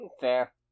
Fair